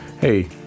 hey